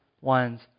ones